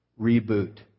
reboot